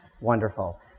Wonderful